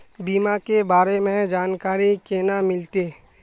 बीमा के बारे में जानकारी केना मिलते?